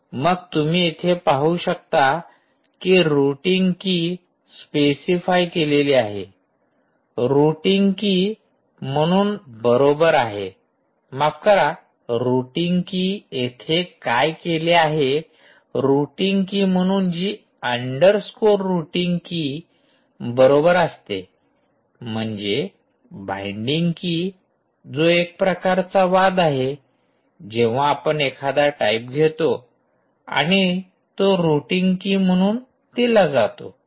मग तुम्ही इथे पाहू शकता की रुटींग की स्पेसिफाय केलेली आहे रुटींग की म्हणून बरोबर आहे माफ करा रुटींग की इथे काय केले आहे रुटींग की म्हणून जी अंडरस्कोर रुटींग की बरोबर असते म्हणजेच बाइंडिंग की जो एक प्रकारचा वाद आहे जेव्हा आपण एखादा टाइप घेतो आणि तो रुटींग की म्हणून दिला जातो